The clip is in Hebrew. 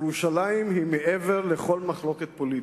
ירושלים היא מעבר לכל מחלוקת פוליטית,